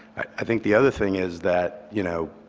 i think the other thing is that, you know,